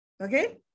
Okay